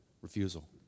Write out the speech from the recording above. refusal